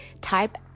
type